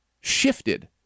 shifted